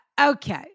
Okay